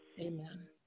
Amen